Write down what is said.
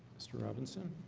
mr. robinson